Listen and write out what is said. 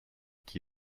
qui